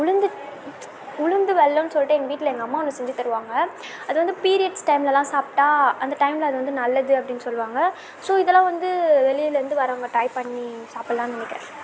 உளுந்து உளுந்து வெல்லன்னு சொல்லிட்டு எங்கள் வீட்டில் எங்கள் அம்மா ஒன்று செஞ்சு தருவாங்க அது வந்து ப்ரீயர்ட்ஸ் டைம்ல எல்லாம் சாப்பிட்டா அந்த டைமில் அது வந்து நல்லது அப்படின் சொல்லுவாங்க ஸோ இதெல்லாம் வந்து வெளியில இருந்து வரவங்க ட்ரை பண்ணி சாப்பிட்லான்னு நினைக்கிறேன்